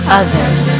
others